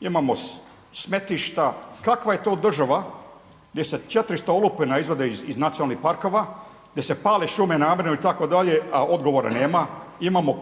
imamo smetlišta. Kakva je to država gdje se 400 olupina izvadi iz nacionalnih parkova, gdje se pale šume namjerno itd., a odgovora nema? Imamo